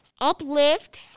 uplift